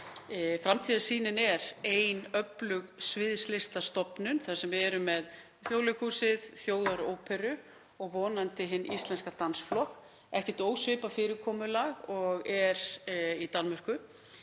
framtíðarsýnin er ein öflug sviðslistastofnun þar sem við erum með Þjóðleikhúsið, Þjóðaróperu og vonandi Íslenska dansflokkinn, ekkert ósvipað fyrirkomulag og er í Danmörku.